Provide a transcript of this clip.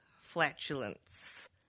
flatulence